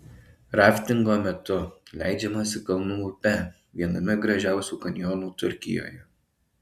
raftingo metu leidžiamasi kalnų upe viename gražiausių kanjonų turkijoje